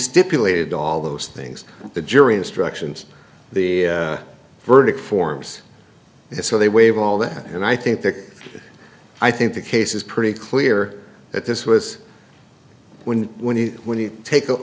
stipulated all those things the jury instructions the verdict forms so they waive all that and i think that i think the case is pretty clear that this was when when you when you take a